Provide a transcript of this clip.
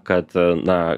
kad na